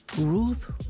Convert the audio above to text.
Ruth